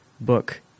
book